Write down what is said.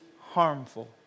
harmful